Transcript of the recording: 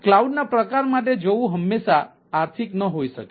cloud ના પ્રકાર માટે જવું હંમેશાં આર્થિક ન હોઈ શકે